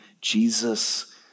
Jesus